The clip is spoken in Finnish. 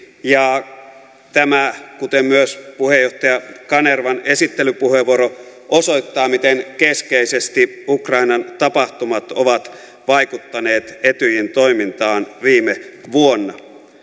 ja tämä kuten myös puheenjohtaja kanervan esittelypuheenvuoro osoittaa miten keskeisesti ukrainan tapahtumat ovat vaikuttaneet etyjin toimintaan viime vuonna